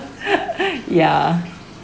yeah